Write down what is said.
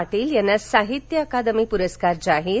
पाटील यांना साहित्य अकादमी पुरस्कार जाहीर